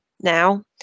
now